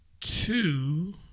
two